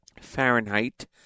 Fahrenheit